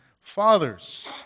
Fathers